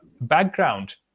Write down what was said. background